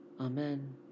Amen